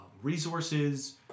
resources